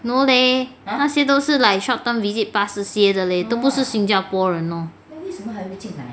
no leh 那些都是 like short term visit passes 的 leh 都不是新加坡人 lor